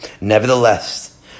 Nevertheless